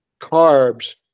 carbs